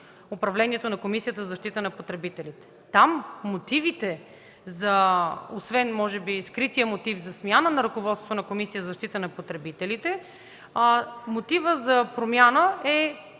управлението на Комисията за защита на потребителите. Освен може би скритият мотив за смяна на ръководството на Комисията за защита на потребителите, мотивът за промяна е,